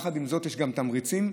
יש גם תמריצים,